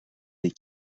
des